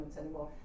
anymore